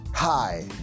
Hi